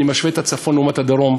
אני משווה את הצפון לדרום,